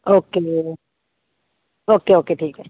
okay भैया okay okay ठीक है